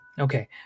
okay